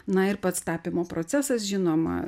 na ir pats tapymo procesas žinoma